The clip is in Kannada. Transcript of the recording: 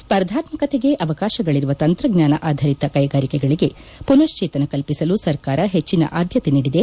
ಸ್ಪರ್ಧಾತ್ಸಕತೆಗೆ ಅವಕಾಶಗಳರುವ ತಂತ್ರಜ್ಞಾನ ಆಧರಿತ ಕ್ಲೆಗಾರಿಕೆಗಳಿಗೆ ಪುನಕ್ಲೇತನ ಕಲ್ಪಿಸಲು ಸರ್ಕಾರ ಹೆಚ್ಲನ ಆದ್ದತೆ ನೀಡಿದೆ